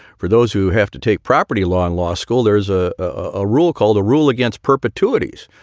for those who have to take property law and law school, there's a ah rule called the rule against perpetuities,